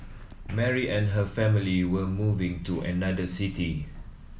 Mary and her family were moving to another city